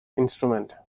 instrument